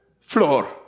floor